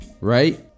right